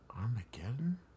Armageddon